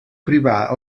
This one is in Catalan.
privar